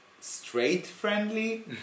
straight-friendly